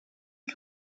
you